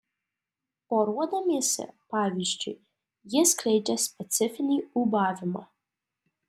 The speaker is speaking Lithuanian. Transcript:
poruodamiesi pavyzdžiui jie skleidžia specifinį ūbavimą